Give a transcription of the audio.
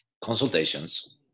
consultations